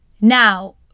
Now